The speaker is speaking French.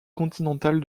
continentale